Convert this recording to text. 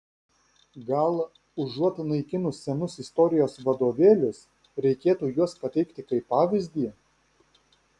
gal užuot naikinus senus istorijos vadovėlius reikėtų juos pateikti kaip pavyzdį